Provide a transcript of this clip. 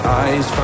eyes